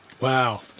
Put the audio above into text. Wow